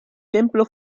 templo